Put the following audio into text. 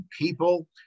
people